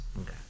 Okay